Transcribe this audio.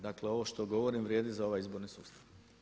Dakle ovo što govorim vrijedi za ovaj izborni sustav.